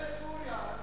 כולל סוריה.